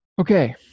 Okay